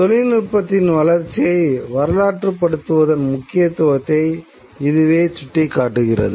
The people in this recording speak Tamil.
தொழில்நுட்பத்தின் வளர்ச்சியை வரலாற்றுப்படுத்துவதன் முக்கியத்துவத்தை இதுவே சுட்டிக்காட்டுகிறது